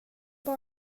bara